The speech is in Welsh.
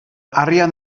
arian